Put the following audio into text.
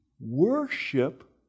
worship